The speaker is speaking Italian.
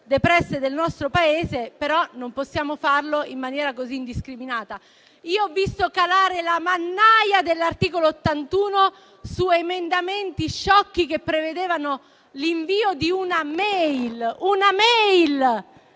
del nostro Paese, non possiamo farlo in maniera così indiscriminata. Ho visto calare la mannaia dell'articolo 81 su emendamenti sciocchi che prevedevano l'invio di un'*email*: un'*email*